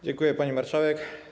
Dziękuję, pani marszałek.